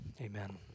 Amen